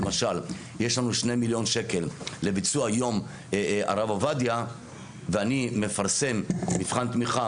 למשל יש לנו 2 מיליון שקל לביצוע יום הרב עובדיה ואני מפרסם מבחן תמיכה,